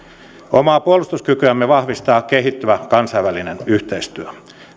omaa puolustuskykyämme vahvistaa kehittyvä kansainvälinen yhteistyö